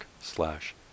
slash